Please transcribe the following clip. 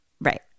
Right